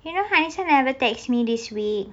you know hanis never text me this week